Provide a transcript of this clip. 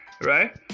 right